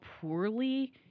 poorly